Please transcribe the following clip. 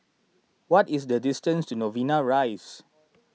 what is the distance to Novena Rise